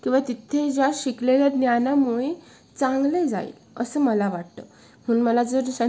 okay चालेल हां आणखीन काही तुला हवं आहे का जिथे लागणार आहे तिथे